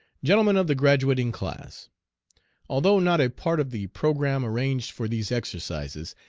gentlemen of the graduating class although not a part of the programme arranged for these exercises,